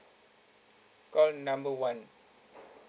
call number one